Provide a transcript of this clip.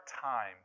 time